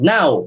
Now